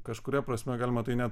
kažkuria prasme galima tai ne